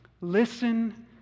listen